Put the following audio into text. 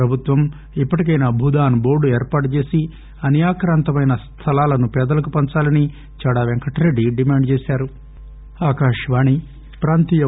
ప్రభుత్వం ఇప్పటికైనా భూదాన్ బోర్టు ఏర్పాటుచేసి అన్యాక్రాంతమైన స్థలాలను పేదలకు పంచాలని చాడా పెంకటరెడ్డి డిమాండ్ చేశారు